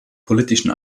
politischen